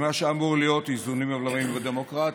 על מה שאמור להיות איזונים ובלמים בדמוקרטיה: